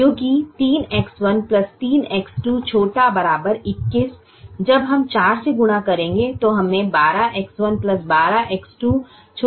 क्योंकि 3X1 3X2 ≤ 21 जब हम 4 से गुणा करेंगे तो हमें 12X1 12X2 ≤84 देगा